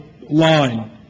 line